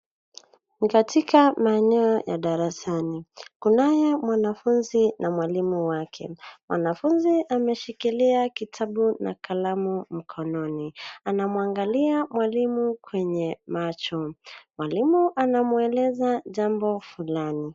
Katika maeneo ya darasani, kunaye mwanafunzi na mwalimu wake. Mwanafunzi ameshikilia kitabu na kalamu mkononi. Anamwangalia mwalimu kwenye macho. Mwalimu anamweleza jambo fulani.